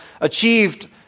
achieved